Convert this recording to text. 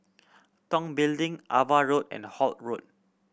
Tong Building Ava Road and Holt Road